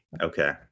okay